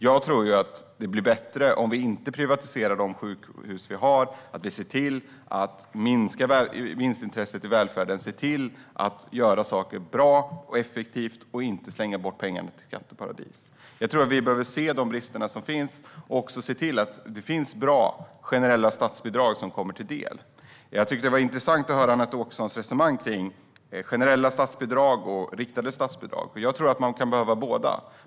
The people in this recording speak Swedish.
Jag tror att det blir bättre om vi inte privatiserar sjukhusen, om vi ser till att minska vinstintresset i välfärden, om vi ser till att göra saker bra och effektivt och om vi inte slänger bort pengarna till skatteparadis. Jag tror att vi behöver se de brister som finns och att vi behöver se till att det finns bra generella statsbidrag. Jag tycker att det var intressant att höra Anette Åkessons resonemang kring generella statsbidrag och riktade statsbidrag. Jag tror att man kan behöva båda.